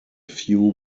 few